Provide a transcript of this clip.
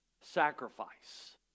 sacrifice